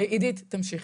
עידית, תמשיכו.